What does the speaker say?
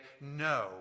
no